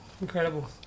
Incredible